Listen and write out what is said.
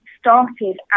started